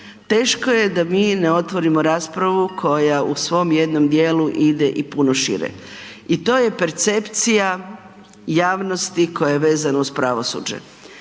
teško je da mi ne otvorimo raspravu koja u svom jednom dijelu ide i puno šire i to je percepcija javnosti koja je vezana uz pravosuđe.